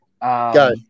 Go